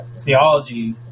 theology